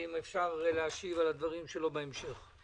ואם אפשר להשיב על הדברים של מנסור עבאס בהמשך.